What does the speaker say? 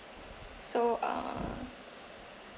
so uh